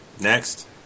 Next